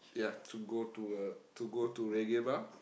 ya to go to a to go to Reggae-Bar